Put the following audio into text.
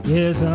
Yes